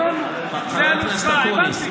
הבנו, זה הנוסחה, הבנתי.